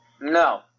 No